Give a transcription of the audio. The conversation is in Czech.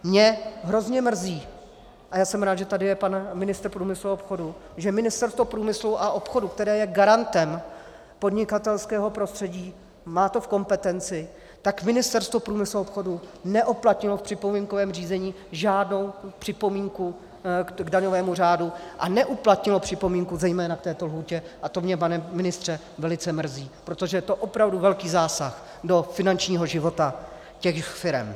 Mě hrozně mrzí, a jsem rád, že tady je pan ministr průmyslu a obchodu, že Ministerstvo průmyslu a obchodu, které je garantem podnikatelského prostředí, má to v kompetenci, neuplatnilo v připomínkovém řízení žádnou připomínku k daňovému řádu a neuplatnilo připomínku zejména k této lhůtě, a to mě, pane ministře, velice mrzí, protože je to opravdu velký zásah do finančního života firem.